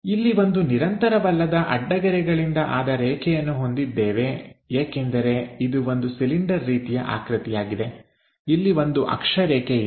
ಇಲ್ಲಿ ಒಂದು ನಿರಂತರವಲ್ಲದ ಅಡ್ಡಗೆರೆಗಳಿಂದ ಆದ ರೇಖೆಯನ್ನು ಹೊಂದಿದ್ದೇವೆ ಏಕೆಂದರೆ ಇದು ಒಂದು ಸಿಲಿಂಡರ್ ರೀತಿಯ ಆಕೃತಿಯಾಗಿದೆ ಇಲ್ಲಿ ಒಂದು ಅಕ್ಷರೇಖೆ ಇದೆ